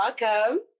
welcome